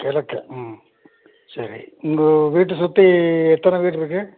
கெழக்க ம் சரி உங்கள் வீட்டை சுற்றி எத்தனை வீடு இருக்குது